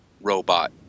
robot